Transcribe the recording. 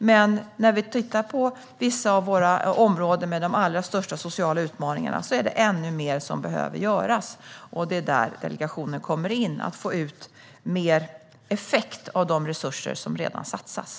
Men när det gäller vissa områden med de allra största sociala utmaningarna är det ännu mer som behöver göras. Det är där den här delegationen kommer in. Det handlar om att få ut mer effekt av de resurser som redan satsas.